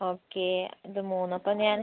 okay ഇത് മൂന്നും അപ്പോൾ ഞാൻ